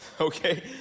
okay